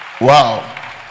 Wow